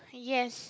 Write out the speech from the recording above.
yes